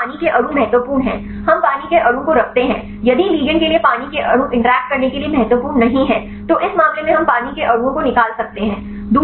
इसलिए अगर पानी के अणु महत्वपूर्ण हैं हम पानी के अणु को रखते हैं यदि लिगैंड के लिए पानी के अणु इंटरैक्ट करने के लिए महत्वपूर्ण नहीं हैं तो इस मामले में हम पानी के अणुओं को निकाल सकते हैं